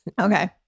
Okay